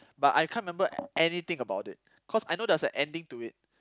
but I can't remember anything about it cause I know there was a ending to it